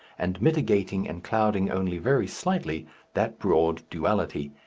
and mitigating and clouding only very slightly that broad duality.